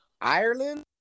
Ireland